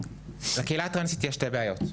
לקהילה הטרנסית יש שתי בעיות.